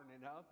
enough